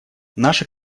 наша